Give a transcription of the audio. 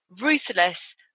ruthless